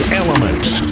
elements